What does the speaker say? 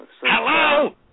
Hello